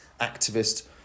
activist